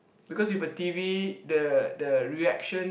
because with a T_V the the reaction